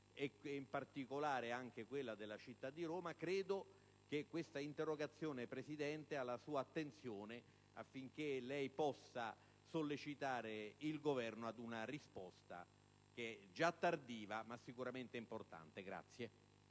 e, in particolare, anche quella della città di Roma, io ritengo che questa interrogazione debba avere la sua attenzione, affinché lei possa sollecitare il Governo ad una risposta che, anche se tardiva, è sicuramente importante.